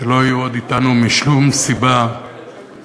שלא יהיו עוד אתנו, משום סיבה מוצדקת.